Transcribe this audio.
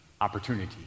opportunity